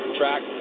track